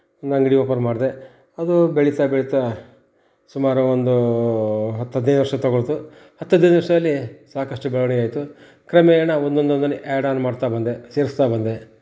ಒಂದು ಅಂಗಡಿ ಓಪನ್ ಮಾಡಿದೆ ಅದೂ ಬೆಳೀತಾ ಬೆಳೀತಾ ಸುಮಾರು ಒಂದೂ ಹತ್ತು ಹದಿನೈದು ವರ್ಷ ತಗೊಳ್ತು ಹತ್ತು ಹದಿನೈದು ವರ್ಷದಲ್ಲಿ ಸಾಕಷ್ಟು ಬೆಳವಣಿಗೆ ಆಯಿತು ಕ್ರಮೇಣ ಒಂದೊಂದೊಂದನ್ನೆ ಆ್ಯಡ್ ಆನ್ ಮಾಡ್ತಾ ಬಂದೆ ಸೇರಿಸ್ತಾ ಬಂದೆ